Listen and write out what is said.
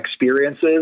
experiences